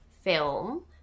film